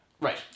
Right